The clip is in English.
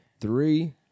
Three